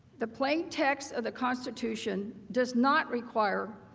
the plaintext of the constitution does not require.